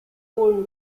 holen